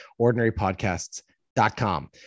Ordinarypodcasts.com